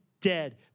dead